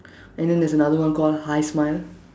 and then there's another one called hi smile